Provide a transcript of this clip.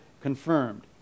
confirmed